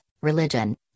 religion